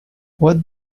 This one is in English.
what